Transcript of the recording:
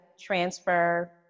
transfer